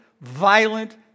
violent